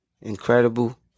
Incredible